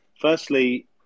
Firstly